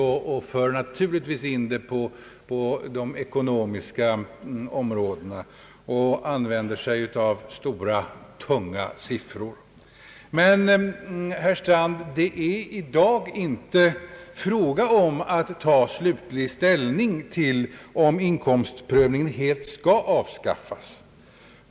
Han för naturligtvis in diskussionen på de ekonomiska områdena och använder stora, tunga siffror. Men, herr Strand, vi skall i dag inte ta slutlig ställning till frågan, om inkomstprövningen helt skall avskaffas.